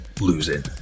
Losing